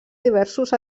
diversos